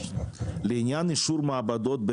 לעניין אישור מעבדות,